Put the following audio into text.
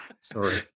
Sorry